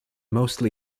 mostly